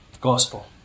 gospel